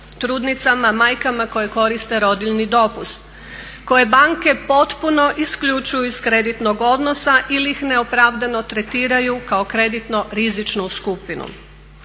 trudnicama, majkama koje koriste rodiljni dopust koje banke potpuno isključuju iz kreditnog odnosa ili ih neopravdano tretiraju kao kreditno rizičnu skupinu.